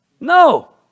No